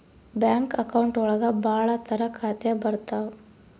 bank account ಒಳಗ ಭಾಳ ತರ ಖಾತೆ ಬರ್ತಾವ್